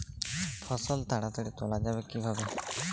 ফসল তাড়াতাড়ি তোলা যাবে কিভাবে?